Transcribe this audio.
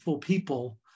people